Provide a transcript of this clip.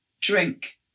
drink